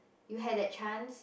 you had that chance